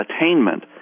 attainment